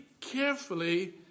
carefully